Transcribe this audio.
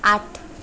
आठ